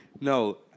No